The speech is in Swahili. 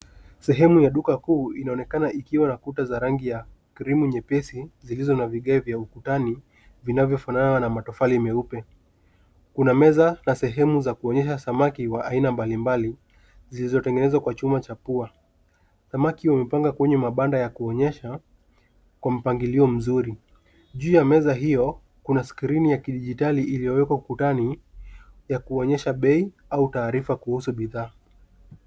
Sehemu ya duka kuu inaonekana ikiwa na kuta za rangi ya krimu nyepesi zilizo na vigae vya ukutani vinavyofanana na matofali meupe. Kuna meza na sehemu za kuonyesha samaki wa aina mbalimbali zilizotengenezwa kwa chuma cha pua. Samaki wamepangwa kwenye mabanda ya kuonyesha kwa mpangilio mzuri. Juu ya meza hio kuna skrini ya kidijitali iliyowekwa ukutani ya kuonyesha bei au taarifa kuhusu bidhaa.